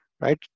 right